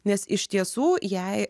nes iš tiesų jei